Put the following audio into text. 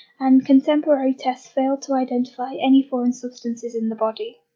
and contemporary tests failed to identify any foreign substances in the body.